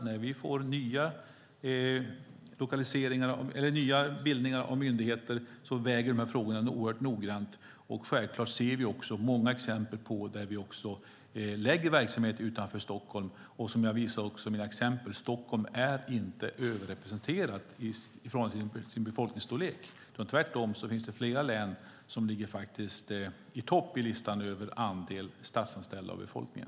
När vi bildar nya myndigheter väger vi de här frågorna oerhört noggrant. Vi ser självfallet också många exempel på att vi lägger verksamheter utanför Stockholm. Jag visade också att Stockholm inte är överrepresenterat i förhållande till sin befolkningsstorlek. Det finns tvärtom flera län som ligger högre upp på listan över andel statsanställda av befolkningen.